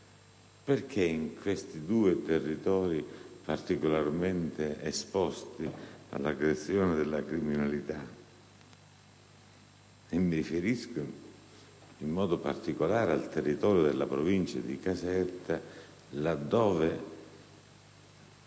armate) in questi due territori particolarmente esposti all'aggressione della criminalità - mi riferisco in modo particolare al territorio della provincia di Caserta, dove,